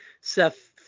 Seth